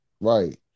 Right